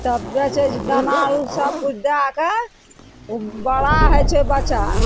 तब बेचय छी दाना उ सब किछु दए कए उ बड़ा होइ छै बच्चा